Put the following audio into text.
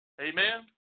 Amen